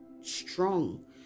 strong